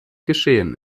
geschehen